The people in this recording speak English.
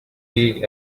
jeeves